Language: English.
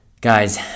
guys